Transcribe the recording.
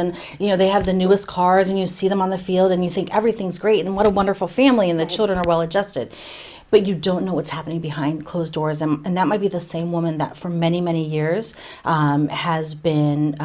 and you know they have the newest cars and you see them on the field and you think everything's great and what a wonderful family in the children are well adjusted but you don't know what's happening behind closed doors and that might be the same woman that for many many years has been